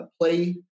play